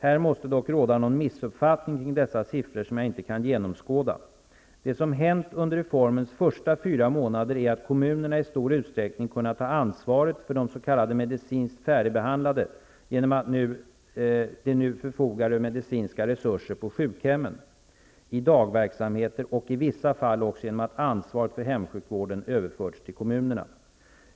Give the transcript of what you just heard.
Här måste dock råda någon missuppfattning kring dessa siffror som jag inte kan genomskåda. Det som hänt under reformens första fyra månader är att kommunerna i stor utsträckning kunnat ta ansvaret för de s.k. medicinskt färdigbehandlade genom att de nu förfogar över medicinska resurser på sjukhemmen, i dagverksamheter och i vissa fall också genom att ansvaret för hemsjukvården överförts till kommunerna.